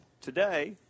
today